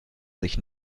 sich